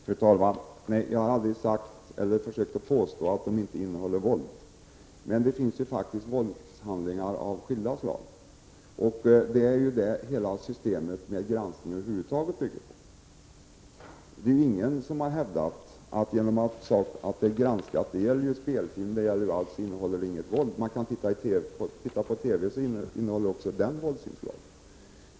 Fru talman! Nej, jag har aldrig sagt eller försökt att påstå att filmerna inte innehåller våld, men det finns ju faktiskt våldshandlingar av skilda slag. Det är det hela systemet med granskning bygger på. Det är ju ingen som har hävdat att spelfilmer och annat inte innehåller något våld. Tittar man på TV så innehåller sändningarna också våldsinslag.